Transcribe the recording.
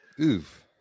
Oof